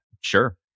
sure